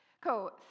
Cool